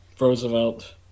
Roosevelt